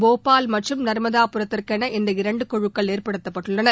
போபால் மற்றும் நா்மதாபுரத்திற்கென இந்த இரண்டு குழுக்கள் ஏற்படுத்தப்பட்டுள்ளன